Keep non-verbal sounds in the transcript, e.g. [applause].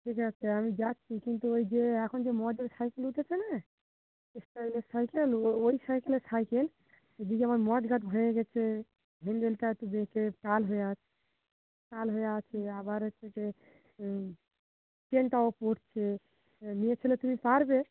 ঠিক আছে আমি যাচ্ছি কিন্তু ওই যে এখন যে [unintelligible] সাইকেল উঠেছে না স্টাইলের সাইকেল ওই সাইকেলের সাইকেল এদিকে আমার মাড গার্ড ভেঙে গিয়েছে হ্যান্ডেলটা একটু বেঁকে তাল হয়ে আছ তাল হয়ে আছে আবার হচ্ছে কি চেইনটাও পড়ছে মেয়েছেলে তুমি পারবে